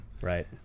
Right